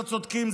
לא צודקים,